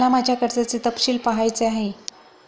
मला माझ्या कर्जाचे तपशील पहायचे आहेत